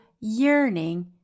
yearning